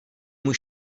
můj